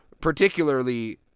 particularly